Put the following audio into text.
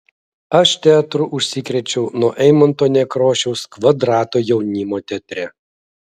aš teatru užsikrėčiau nuo eimunto nekrošiaus kvadrato jaunimo teatre